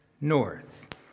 north